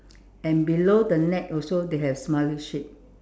and below the net also they have smiley shape